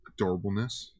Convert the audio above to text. Adorableness